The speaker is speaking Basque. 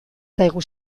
zaigu